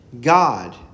God